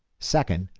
second,